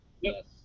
Yes